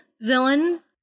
villain